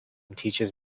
teaches